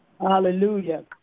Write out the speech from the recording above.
Hallelujah